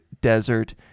desert